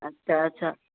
अच्छा अच्छा